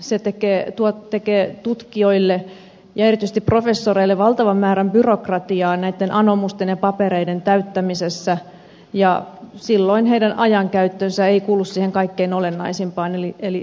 se tekee tutkijoille ja erityisesti professoreille valtavan määrän byrokratiaa näitten anomusten ja papereiden täyttämisessä ja silloin heidän ajankäyttönsä ei kulu siihen kaikkein olennaisimpaan eli tutkimustyöhön